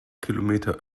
kilometer